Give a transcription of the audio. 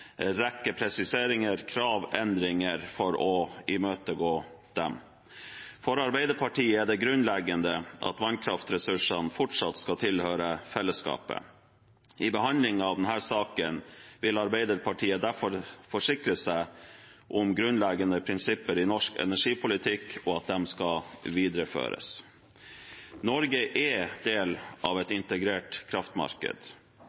en rekke presiseringer, krav, endringer for å imøtegå dem. For Arbeiderpartiet er det grunnleggende at vannkraftressursene fortsatt skal tilhøre fellesskapet. I behandlingen av denne saken vil Arbeiderpartiet derfor forsikre seg om at grunnleggende prinsipper i norsk energipolitikk skal videreføres. Norge er del av et